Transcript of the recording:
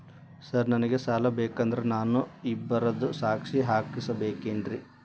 Sir ನನಗೆ ಸಾಲ ಬೇಕಂದ್ರೆ ನಾನು ಇಬ್ಬರದು ಸಾಕ್ಷಿ ಹಾಕಸಬೇಕೇನ್ರಿ?